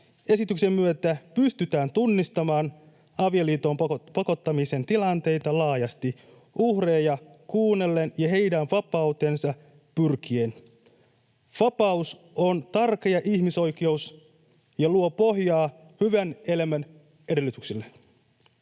esityksen myötä pystytään tunnistamaan avioliittoon pakottamisen tilanteita laajasti uhreja kuunnellen ja heidän vapauteensa pyrkien. Vapaus on tärkeä ihmisoikeus ja luo pohjaa hyvän elämän edellytyksille.